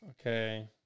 Okay